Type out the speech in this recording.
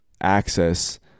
access